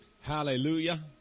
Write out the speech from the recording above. Hallelujah